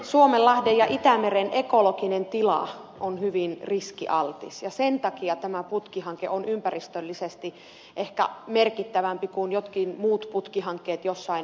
suomenlahden ja itämeren ekologinen tila on hyvin riskialtis ja sen takia tämä putkihanke on ympäristöllisesti ehkä merkittävämpi kuin jotkin muut putkihankkeet jossain muualla